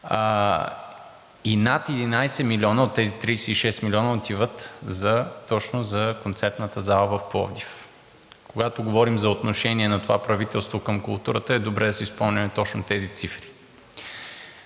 и над 11 милиона от тези 36 милиона отиват точно за Концертната зала в град Пловдив. Когато говорим за отношение на това правителство към културата, е добре да си спомним точно тези цифри.